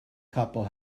couple